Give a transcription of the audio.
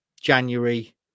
january